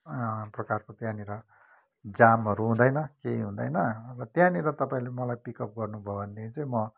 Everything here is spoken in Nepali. प्रकारको त्यहाँनिर जामहरू हुँदैन केही हुँदैन अब त्यहाँनिर तपाईँले मलाई पिकअप गर्नु भयो भनेदेखि चाहिँ म